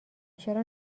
چرا